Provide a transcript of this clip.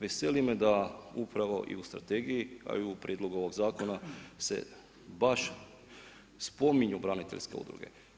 Veseli me da upravo u strategiji a i u prijedlogu ovog zakona se baš spominju braniteljske udruge.